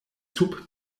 sub